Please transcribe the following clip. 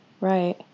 right